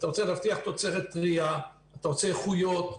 ואתה רוצה להבטיח תוצרת טרייה ואתה רוצה איכויות.